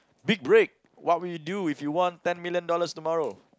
big break what would you do if you won ten million dollars tomorrow